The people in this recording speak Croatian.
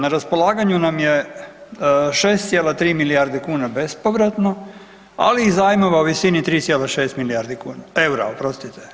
Na raspolaganju nam je 6,3 milijarde kuna bespovratno, ali i zajmova u visini 3,6 milijardi kuna, eura, oprostite.